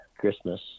Christmas